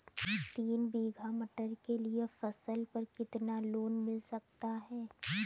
तीन बीघा मटर के लिए फसल पर कितना लोन मिल सकता है?